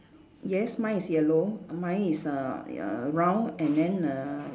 yes mine is yellow mine is uh uh round and then err